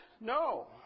No